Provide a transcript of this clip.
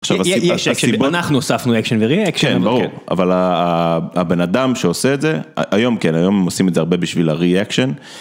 עכשיו, הסיב... הסיבות... אנחנו הוספנו אקשן וריאקשן. כן. ברור. אבל הבן אדם שעושה את זה, היום כן, היום עושים את זה הרבה בשביל הריאקשן.